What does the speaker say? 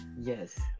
Yes